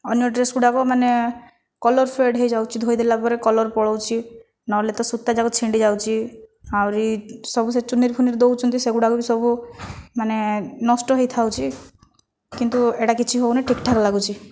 ଅନ୍ୟ ଡ୍ରେସ୍ଗୁଡ଼ାକ ମାନେ କଲର ଫେଡ୍ ହୋଇଯାଉଛି ଧୋଇ ଦେଲାପରେ କଲର ପଳାଉଛି ନହେଲେ ତ ସୂତାଯାକ ଛିଣ୍ଡିଯାଉଛି ଆହୁରି ସବୁ ସେ ଚୁନରି ଫୁନରି ଦେଉଛନ୍ତି ସେଗୁଡ଼ାକ ବି ସବୁ ମାନେ ନଷ୍ଟ ହୋଇଥାଉଛି କିନ୍ତୁ ଏଇଟା କିଛି ବି ହେଉନାହିଁ ଠିକ୍ଠାକ୍ ଲାଗୁଛି